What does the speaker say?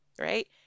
Right